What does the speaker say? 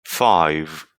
five